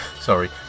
Sorry